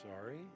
sorry